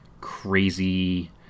crazy